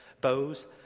bows